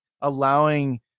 allowing